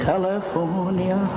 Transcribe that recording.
California